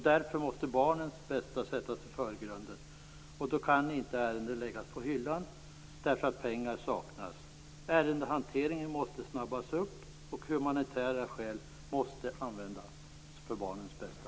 Då barnens bästa måste sättas i förgrunden kan ärendena inte läggas på hyllan därför att pengar saknas. Ärendehanteringen måste snabbas upp, och hänsyn till humanitära skäl måste tas till barnens bästa.